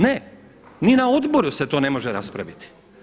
Ne, ni na odboru se to ne može raspraviti.